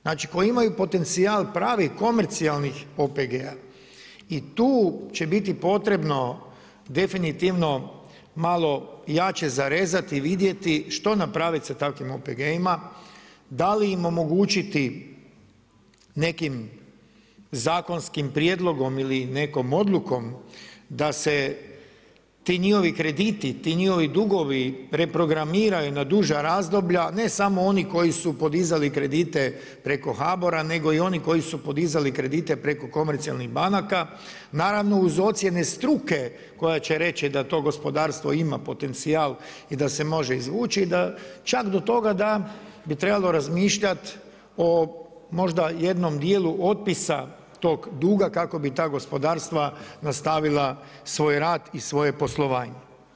Znači koji imaju potencijal pravih komercijalnih OPG-a. i tu će biti potrebno definitivno malo jače zarezati, vidjeti što napraviti sa takvim OPG-ima, da li im omogućiti nekim zakonskim prijedlogom ili nekom odlukom da se ti njihovi krediti, ti njihovi dugovi reprogramiraju na duža razdoblja ne samo onih koji su podizali kredite preko HBOR-a nego i koji su podizali kredite preko komercijalnih banaka, naravno uz ocjene struke koja će reći da to gospodarstvo ima potencijal i da se može izvući i da čak do toga da bi trebalo razmišljat o možda jednom dijelu otpisa tog duga kako bi ta gospodarstva nastavila svoj rad i svoje poslovanje.